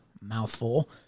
mouthful